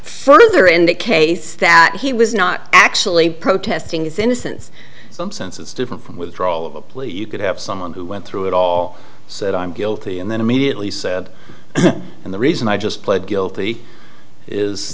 further in that case that he was not actually protesting his innocence some sense is different from withdrawal of a plea you could have someone who went through it all said i'm guilty and then immediately said and the reason i just pled guilty is